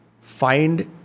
find